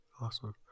Awesome